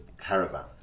caravan